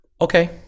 okay